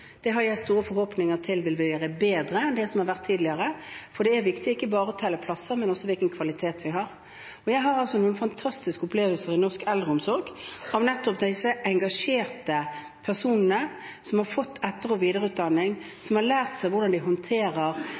Det har jeg store forhåpninger til at vi vil gjøre bedre enn det som har vært gjort tidligere, for det er viktig ikke bare å telle plasser, men også hvilken kvalitet vi har. Jeg har noen fantastiske opplevelser i norsk eldreomsorg av nettopp disse engasjerte personene, som har fått etter- og videreutdanning, som har lært seg hvordan de håndterer